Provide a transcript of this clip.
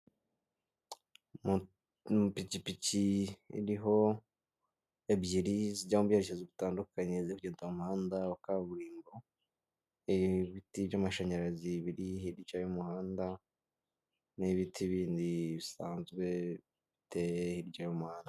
Mupikipiki iriho ebyiri zombi zitandukanye zirya umuhanda wa kaburimbo ibiti by'amashanyarazi biri hirya y'umuhanda n'ibiti bindi bisanzwe biteye hirya y'umuhanda.